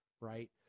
right